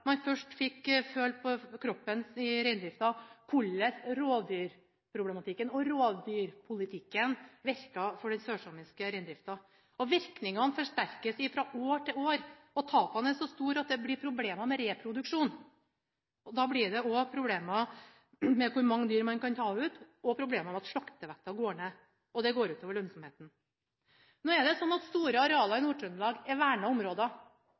fikk føle på kroppen hvordan rovdyrproblematikken og rovdyrpolitikken virket inn på den sørsamiske reindrifta. Virkningene forsterkes fra år til år, og tapene er så store at det blir problemer med reproduksjonen. Da blir det også problemer med tanke på hvor mange dyr man kan ta ut, og slaktevekta går ned. Det går ut over lønnsomheten. Nå er det sånn at store arealer i Nord-Trøndelag er vernede områder.